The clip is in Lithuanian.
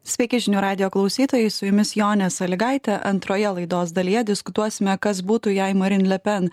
sveiki žinių radijo klausytojai su jumis jonė salygaitė antroje laidos dalyje diskutuosime kas būtų jei marin le pen